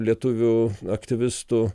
lietuvių aktyvistų